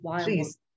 Please